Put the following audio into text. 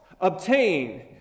obtain